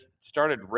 started